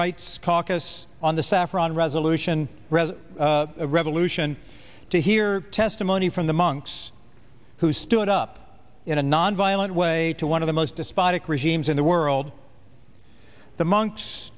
rights caucus on the saffron resolution rather a revolution to hear testimony from the monks who stood up in a nonviolent way to one of the most despotic regimes in the world the monks